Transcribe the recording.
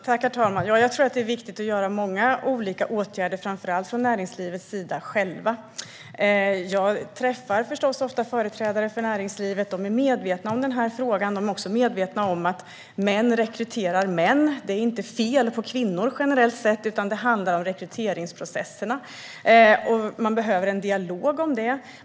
Herr talman! Jag tror att det är viktigt att vidta många olika åtgärder, framför allt från näringslivets sida. Jag träffar förstås ofta företrädare för näringslivet. De är medvetna om den här frågan. De är också medvetna om att män rekryterar män. Det är inte fel på kvinnor generellt sett, utan det handlar om rekryteringsprocesserna. Man behöver en dialog om det.